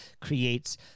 creates